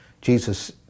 Jesus